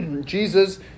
Jesus